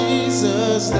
Jesus